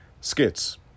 Skits